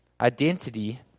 identity